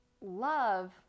love